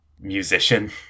musician